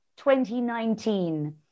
2019